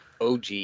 OG